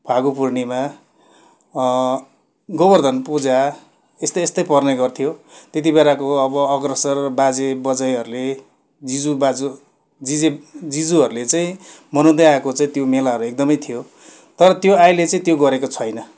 फागु पूर्णिमा गोबर्धन पूजा यस्तै यस्तै पर्ने गर्थ्यो त्यतिबेलाको अब अग्रसर बाजे बजैहरूले जिजु बाजु जिजी जिजुहरूले चाहिँ मनाउँदै आएको चाहिँ त्यो मेलाहरू एकदमै थियो तर त्यो अहिले चाहिँ त्यो गरेको छैन